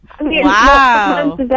Wow